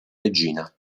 regina